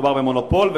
מדובר במונופול,